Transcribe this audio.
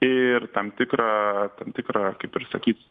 ir tam tikrą tam tikrą kaip ir sakyt